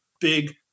big